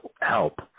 help